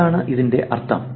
എന്താണ് ഇതിന്റെ അര്ഥം